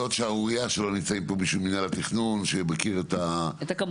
זאת שערורייה שלא נמצאים פה מישהו ממינהל התכנון שמכיר את הכל.